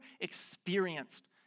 experienced